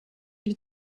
die